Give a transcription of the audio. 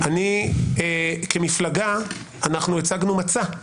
כן אעמוד בדקה של